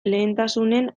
lehentasunen